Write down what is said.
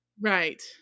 Right